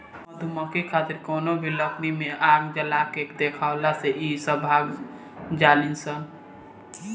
मधुमक्खी खातिर कवनो भी लकड़ी में आग जला के देखावला से इ भाग जालीसन